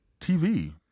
tv